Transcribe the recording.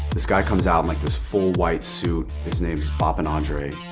this guys comes out in like this full white suit, his name is poppin' andre.